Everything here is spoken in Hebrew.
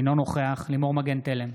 אינו נוכח לימור מגן תלם,